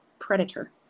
predator